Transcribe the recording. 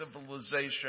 civilization